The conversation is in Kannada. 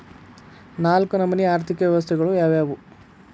ನಾಲ್ಕು ನಮನಿ ಆರ್ಥಿಕ ವ್ಯವಸ್ಥೆಗಳು ಯಾವ್ಯಾವು?